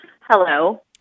Hello